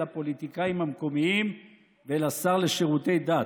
הפוליטיקאים המקומיים ואל השר לשירותי דת,